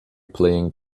playing